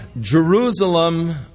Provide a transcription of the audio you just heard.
Jerusalem